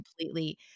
completely